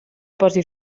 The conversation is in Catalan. posi